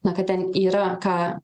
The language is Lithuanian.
na kad ten yra ką